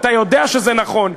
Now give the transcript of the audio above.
ואתה יודע שזה נכון.